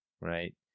right